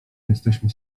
jesteśmy